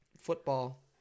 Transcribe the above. football